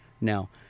Now